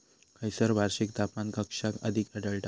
खैयसर वार्षिक तापमान कक्षा अधिक आढळता?